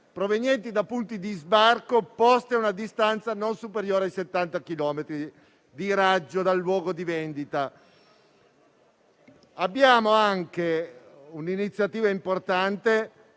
provenienti da punti di sbarco posti a una distanza non superiore ai 70 chilometri di raggio dal luogo di vendita. Abbiamo anche una iniziativa importante,